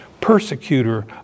Persecutor